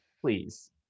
please